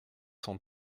cent